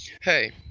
hey